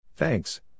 Thanks